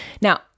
Now